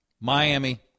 Miami